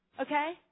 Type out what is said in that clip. Okay